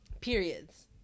periods